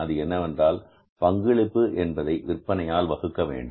அது என்னவென்றால் பங்களிப்பு என்பதை விற்பனையால் வகுக்க வேண்டும்